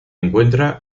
encuentra